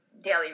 daily